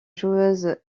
joueuse